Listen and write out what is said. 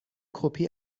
کپی